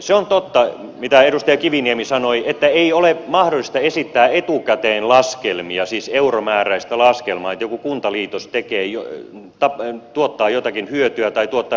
se on totta mitä edustaja kiviniemi sanoi että ei ole mahdollista esittää etukäteen laskelmia siis euromääräistä laskelmaa että joku kuntaliitos tuottaa jotakin hyötyä tai tuottaa jotakin haittaa